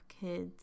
kids